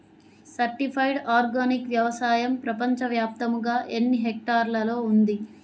Certified organic వ్యవసాయం ప్రపంచ వ్యాప్తముగా ఎన్నిహెక్టర్లలో ఉంది?